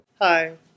Hi